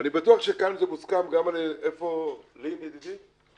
ואני בטוח שכאן זה מוסכם, איפה לין ידידי?